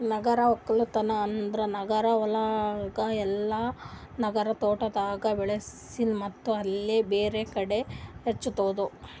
ನಗರ ಒಕ್ಕಲ್ತನ್ ಅಂದುರ್ ನಗರ ಹೊಲ್ದಾಗ್ ಇಲ್ಲಾ ನಗರ ತೋಟದಾಗ್ ಬೆಳಿಸಿ ಮತ್ತ್ ಅಲ್ಲೇ ಬೇರೆ ಕಡಿ ಹಚ್ಚದು